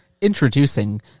Introducing